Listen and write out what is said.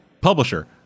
publisher